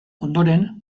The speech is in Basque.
ondoren